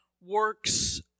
works